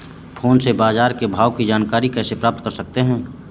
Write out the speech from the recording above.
Phone से बाजार के भाव की जानकारी कैसे प्राप्त कर सकते हैं?